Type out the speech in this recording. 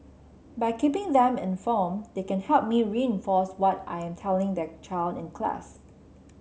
by keeping them informed they can help me reinforce what I'm telling their child in class